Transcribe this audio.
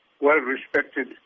well-respected